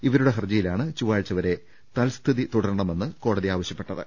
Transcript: ഇവരുടെ ഹർജിയിലാണ് ചൊവ്വാഴ്ചവരെ തൽസ്ഥിതി തുടരണമെന്ന് കോടതി ആവ ശ്യപ്പെട്ടത്